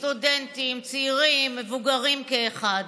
סטודנטים, צעירים, מבוגרים, כאחד.